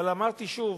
אבל אמרתי שוב,